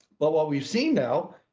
but what we've seen now,